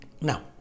Now